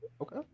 Okay